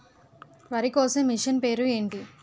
వరి కోసే మిషన్ పేరు ఏంటి